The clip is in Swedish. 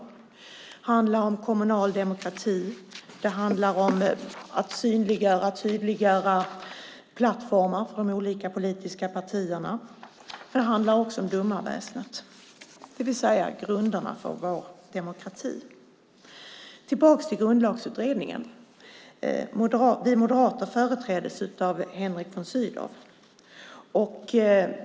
De handlar om kommunal demokrati. De handlar om att synliggöra och tydliggöra plattformar för de olika politiska partierna. De handlar också om domarväsendet. De handlar alltså om grunderna för vår demokrati. Jag ska gå tillbaka till Grundlagsutredningen. Vi moderater företräddes av Henrik von Sydow.